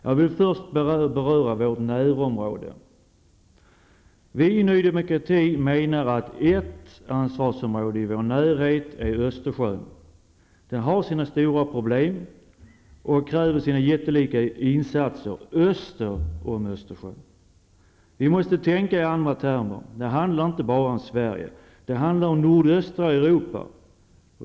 Jag vill först beröra vårt närområde. Ny Demokrati menar att ett ansvarsområde i vår närhet är Östersjön. Den har sina stora problem och kräver sina jättelika insatser öster om Östersjön. Vi måste tänka i andra termer. Det handlar inte bara om Sverige, det handlar om nordöstra Europa.